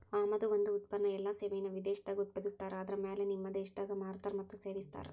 ಆಮದು ಒಂದ ಉತ್ಪನ್ನ ಎಲ್ಲಾ ಸೇವೆಯನ್ನ ವಿದೇಶದಾಗ್ ಉತ್ಪಾದಿಸ್ತಾರ ಆದರ ಆಮ್ಯಾಲೆ ನಿಮ್ಮ ದೇಶದಾಗ್ ಮಾರ್ತಾರ್ ಮತ್ತ ಸೇವಿಸ್ತಾರ್